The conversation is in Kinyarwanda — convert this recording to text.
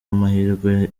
amahirwe